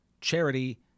charity